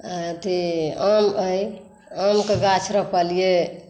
अथी आम अइ आमके गाछ रोपलिए